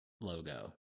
logo